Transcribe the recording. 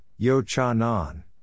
Yochanan